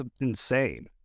insane